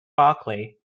barclay